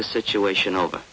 the situation over